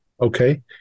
Okay